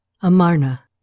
AMARNA